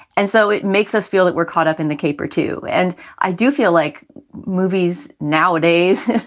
and so it makes us feel that we're caught up in the caper, too. and i do feel like movies nowadays,